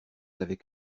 avec